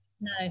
No